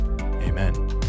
Amen